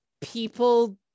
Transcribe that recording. people